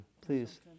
Please